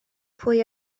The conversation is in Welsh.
pwy